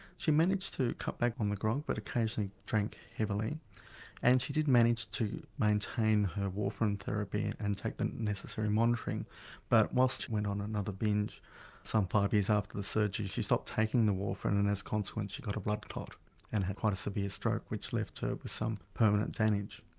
she managed to cut back on the grog but occasionally drank heavily and she did manage to maintain her warfarin therapy and and take the necessary monitoring but whilst she went on another binge some five years after the surgery, she stopped taking the warfarin and as a consequence she got a blood clot and had quite a severe stroke which left her with some permanent damage.